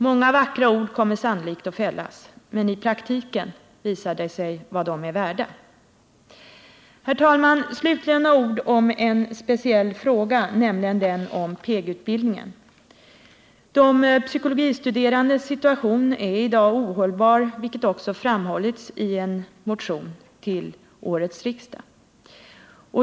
Många vackra ord kommer sannolikt att sägas, men i praktiken visar det sig vad dessa ord är värda. Herr talman! Slutligen några ord om en speciell fråga, nämligen PEG utbildningen. De psykologistuderandes situation är i dag ohållbar, vilket också framhållits i en motion till årets riksdag.